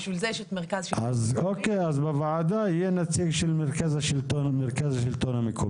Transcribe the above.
אז בוועדה יהיה נציג של מרכז השלטון המקומי.